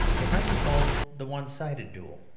it might be called the one-sided duel.